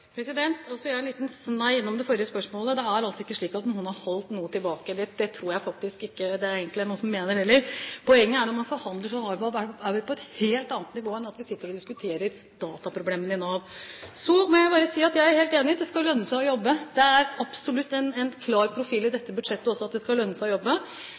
jeg vil en liten snei innom det forrige spørsmålet. Det er altså ikke slik at noen har holdt noe tilbake. Det tror jeg faktisk ikke det egentlig er noen som mener, heller. Poenget er at når man forhandler, er man på et helt annet nivå enn når man sitter og diskuterer dataproblemer i Nav. Så må jeg bare si at jeg er helt enig: Det skal lønne seg å jobbe. Det er absolutt en klar profil i dette budsjettet, at det skal lønne seg å jobbe.